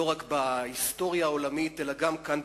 לא רק בהיסטוריה העולמית אלא גם כאן,